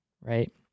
right